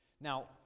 Now